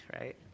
right